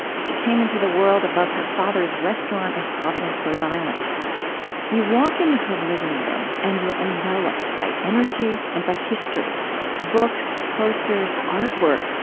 she came into the world above her father's restaurant in providence, rhode island you walk into her living room, and you're enveloped by energy and by history books, posters, artwork,